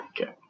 Okay